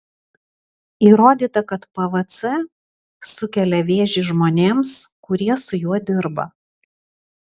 įrodyta kad pvc sukelia vėžį žmonėms kurie su juo dirba